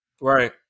Right